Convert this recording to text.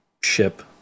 ship